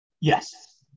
Yes